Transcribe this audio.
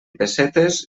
pessetes